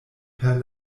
per